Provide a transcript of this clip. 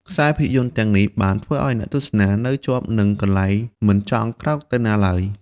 ខ្សែភាពយន្តទាំងនេះបានធ្វើឲ្យអ្នកទស្សនានៅជាប់នឹងកន្លែងមិនចង់ក្រោកទៅណាឡើយ។